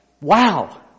wow